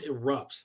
erupts